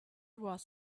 was